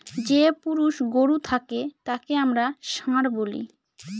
যে পুরুষ গরু থাকে তাকে আমরা ষাঁড় বলি